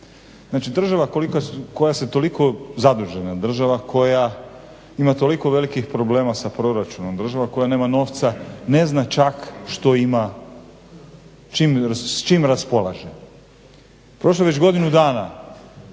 Znači država koja se toliko, zadužena država koja ima toliko velikih problema sa proračunom, država koja nema novca ne zna čak što ima, s čim raspolaže. Prošlo je već godinu dana